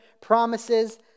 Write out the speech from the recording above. promises